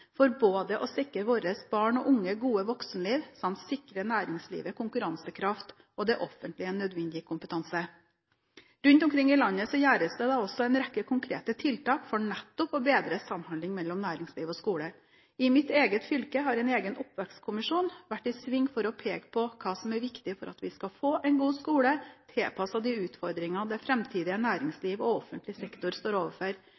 å sikre våre barn og unge gode voksenliv, samt sikre næringslivet konkurransekraft og det offentlige nødvendig kompetanse. Rundt omkring i landet gjøres det da også en rekke konkrete tiltak for nettopp å forbedre samhandlingen mellom næringsliv og skole. I mitt eget fylke har en egen oppvekstkommisjon vært i sving for å peke på hva som er viktig for at vi skal få en god skole tilpasset de utfordringene det framtidige næringsliv og offentlig sektor står overfor.